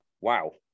wow